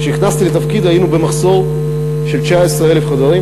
כשנכנסתי לתפקיד היינו במחסור של 19,000 חדרים.